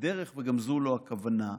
וזו גם לא הכוונה,